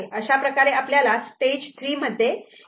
अशाप्रकारे आपल्याला स्टेज 3 मध्ये करायचे आहे